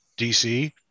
DC